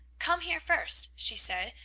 come here first, she said,